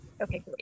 okay